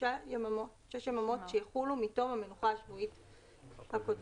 יממות שיחלו מתום המנוחה השבועית הקודמת,